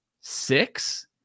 six